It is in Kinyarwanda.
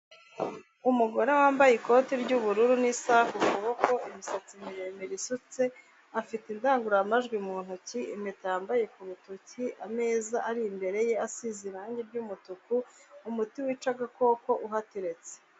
Umugore wambaye ikoti ry'ubururu n'isaha ku kuboko imusatsi miremire isutse, afite indangururamajwi mu ntoki, impeta yambaye ku rutoki, ameza ari imbere ye asize irange ry'umutuku, umuti wica agakoko uhateretse.